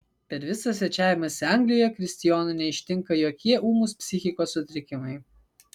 per visą svečiavimąsi anglijoje kristijono neištinka jokie ūmūs psichikos sutrikimai